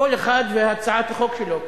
כל אחד והצעת החוק שלו,